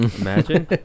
Imagine